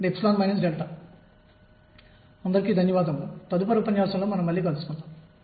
కాబట్టి రాబోయే ఉపన్యాసాలలో మేము దానిని చేస్తాము